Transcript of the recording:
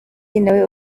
nawe